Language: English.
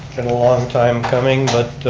been a long time coming but